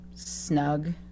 Snug